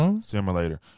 Simulator